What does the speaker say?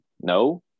no